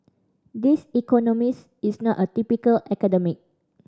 this economist is not a typical academic